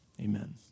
Amen